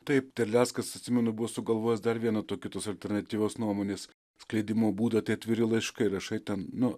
taip terleckas atsimenu buvo sugalvojęs dar vieną tokį tos alternatyvios nuomonės skleidimo būdą tie atviri laiškai rašai ten nu